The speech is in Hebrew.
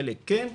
חלק כן,